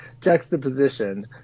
juxtaposition